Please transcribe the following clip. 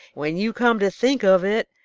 when you come to think of it,